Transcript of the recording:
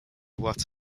what